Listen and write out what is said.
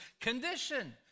condition